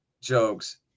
jokes